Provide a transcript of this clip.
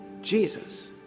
Jesus